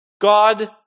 God